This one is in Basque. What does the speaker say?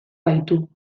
baitu